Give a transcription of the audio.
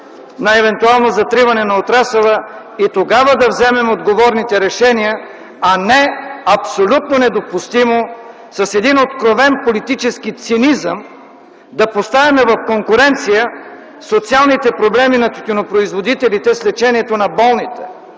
на евентуално затриване на отрасъла и тогава да вземем отговорните решения, а не абсолютно недопустимо, с един откровен политически цинизъм да поставим в конкуренция социалните проблеми на тютюнопроизводителите с лечението на болните.